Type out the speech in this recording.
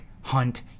Hunt